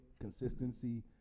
consistency